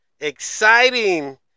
Exciting